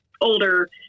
older